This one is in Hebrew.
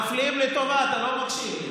מפלים לטובה, אתה לא מקשיב.